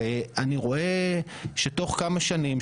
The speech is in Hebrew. ואני רואה שבתוך כמה שנים,